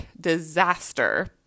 disaster